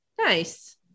Nice